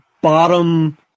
bottom